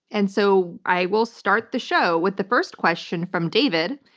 and so i will start the show with the first question from david.